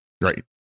Right